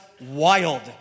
wild